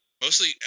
Mostly